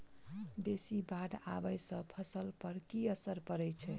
बेसी बाढ़ आबै सँ फसल पर की असर परै छै?